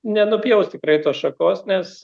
nenupjaus tikrai tos šakos nes